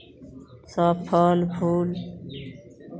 सभ फल फूल